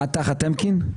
את תחת טמקין?